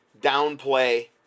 downplay